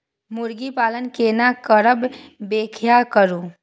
मुर्गी पालन केना करब व्याख्या करु?